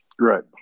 Right